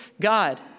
God